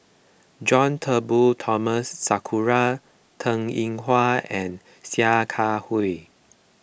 John Turnbull Thomson Sakura Teng Ying Hua and Sia Kah Hui